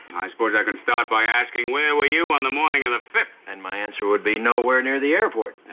i suppose i can start by asking where were you on the morning of the fifth? and my answer would be nowhere near the airport.